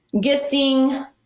gifting